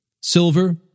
silver